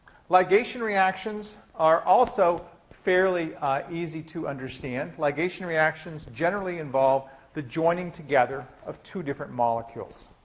ligation reactions are also fairly easy to understand. ligation reactions generally involve the joining together of two different molecules,